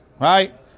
Right